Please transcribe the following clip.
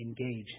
engage